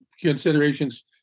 considerations